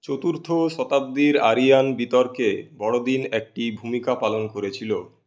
চতুর্থ শতাব্দীর আরিয়ান বিতর্কে বড়দিন একটি ভূমিকা পালন করেছিল